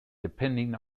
depending